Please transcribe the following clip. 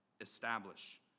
establish